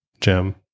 gem